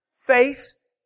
face